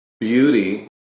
beauty